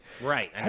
Right